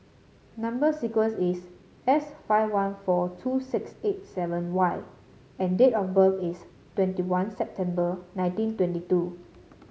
number sequence is S five one four two six eight seven Y and date of birth is twenty one September nineteen twenty two